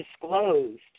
disclosed